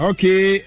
Okay